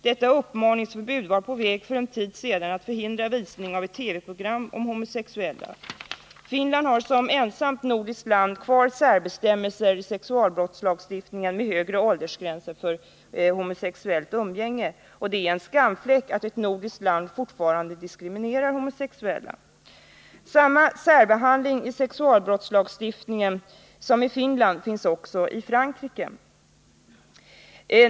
Detta uppmaningsförbud var för en tid sedan på väg att förhindra visning av ett TV-program om homosexuella. Finland har som ensamt nordiskt land kvar särbestämmelser i sexualbrottslagstiftningen med högre åldersgränser för homosexuellt umgänge än för heterosexuellt. Det är en skamfläck att ett nordiskt land fortfarande diskriminerar homosexuella. Samma särbehandling i sexualbrottslagstiftningen som i Finland finns också i Frankrike.